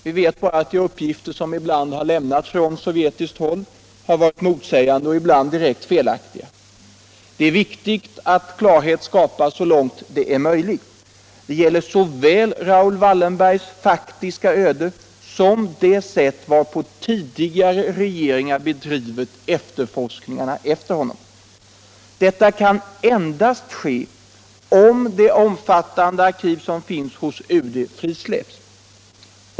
Vi vet bara att de uppgifter som ibland lämnats från sovjetiskt håll har varit motsägande och ibland direkt felaktiga. Det är viktigt att klarhet skapas så långt det är möjligt. Det gäller såväl Raoul Wallenbergs faktiska öde som det sätt varpå tidigare regeringar bedrivit efterforskningarna efter honom. Detta kan endast ske om det omfattande arkiv som finns hos UD frisläpps.